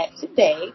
today